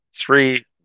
three